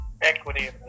equity